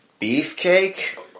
Beefcake